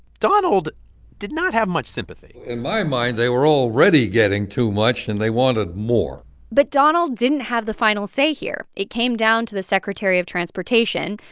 donald did not have much sympathy in my mind, they were already getting too much, and they wanted more but donald didn't have the final say here. it came down to the secretary of transportation,